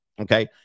Okay